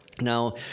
now